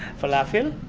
felafel,